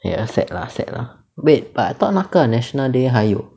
ya sad lah sad lah wait but I thought 那个 national day 还有